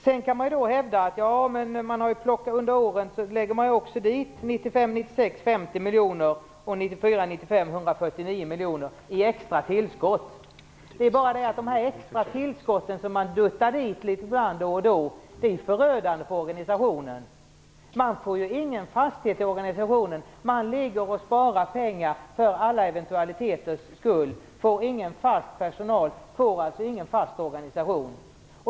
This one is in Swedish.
Vi kan hävda att vi under åren också ger Skatteförvaltningen extra tillskott - 1995 95 149 miljoner. Det är bara det att de extra tillskott som duttas dit litet grand då och då blir förödande för organisationen. Man får ingen fasthet i organisationen. Man sparar pengar för alla eventualiteters skull. Man får ingen fast personal, och man får alltså ingen fast organisation.